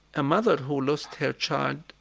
a mother who lost her child,